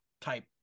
type